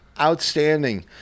Outstanding